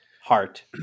Heart